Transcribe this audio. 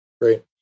Great